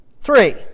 Three